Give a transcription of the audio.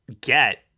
get